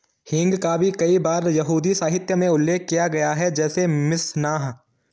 हींग का भी कई बार यहूदी साहित्य में उल्लेख किया गया है, जैसे मिशनाह